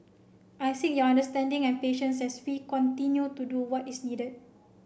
I seek your understanding and patience as we continue to do what is needed